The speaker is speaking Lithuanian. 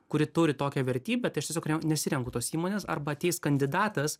kuri turi tokią vertybę tai aš tiesiog renk nesirenku tos įmonės arba ateis kandidatas